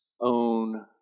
own